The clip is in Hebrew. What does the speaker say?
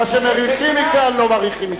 מה שמריחים מכאן לא מריחים משם.